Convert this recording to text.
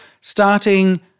Starting